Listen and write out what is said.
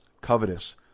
covetous